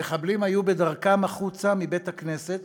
המחבלים היו בדרכם החוצה מבית-הכנסת,